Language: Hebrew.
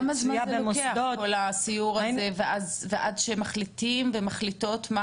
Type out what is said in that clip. כמה זמן הסיור לוקח ועד שמחליטים ומחליטות מה